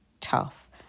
tough